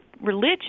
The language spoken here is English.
religion